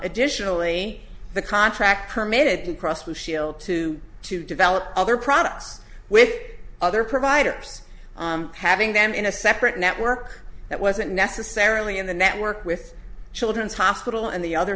additionally the contract permitted and cross blue shield to to develop other products with other providers having them in a separate network that wasn't necessarily in the network with children's hospital and the other